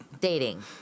dating